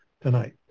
tonight